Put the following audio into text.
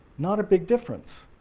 not a big difference.